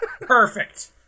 Perfect